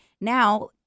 now